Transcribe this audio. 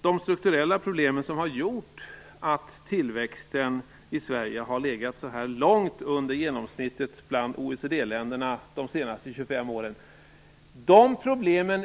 De strukturella problem som har gjort att tillväxten i Sverige har legat så långt under genomsnittet bland OECD-länderna de senaste 25 åren